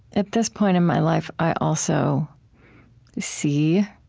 at this point in my life, i also see